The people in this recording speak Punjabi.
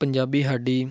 ਪੰਜਾਬੀ ਸਾਡੀ